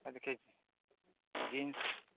jeans